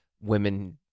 women